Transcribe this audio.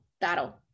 battle